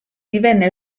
divenne